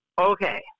okay